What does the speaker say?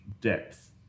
depth